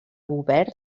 govern